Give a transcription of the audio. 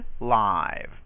live